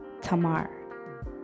Tamar